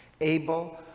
Abel